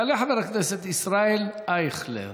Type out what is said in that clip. יעלה חבר הכנסת ישראל אייכלר,